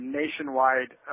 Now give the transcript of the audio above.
nationwide